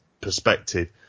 perspective